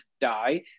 die